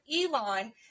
Elon